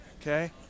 Okay